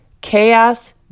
chaos